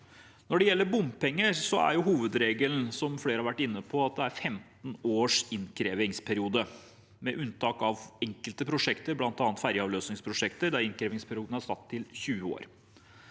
Når det gjelder bompenger, er hovedregelen, som flere har vært inne på, at det er 15 års innkrevingsperiode, med unntak av for enkelte prosjekter, bl.a. ferjeavløsningsprosjekter, der innkrevingsperioden er satt til 20 år.